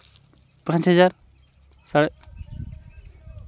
ᱯᱟᱸᱪ ᱦᱟᱡᱟᱨ ᱥᱮ